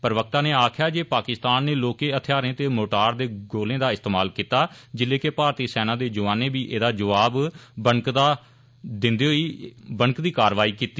प्रवक्ता नै आक्खेया जे पाकिस्तान नै लौहके हथियारें ते मोर्टार दे गोले दा इस्तेमाल कीता जेल्लै के भारती सेना दे जौआनें बी एहदे जवाब इच बनकदी कारवाई कीती